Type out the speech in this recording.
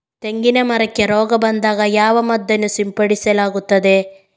ತೆಂಗಿನ ಮರಕ್ಕೆ ರೋಗ ಬಂದಾಗ ಯಾವ ಮದ್ದನ್ನು ಸಿಂಪಡಿಸಲಾಗುತ್ತದೆ?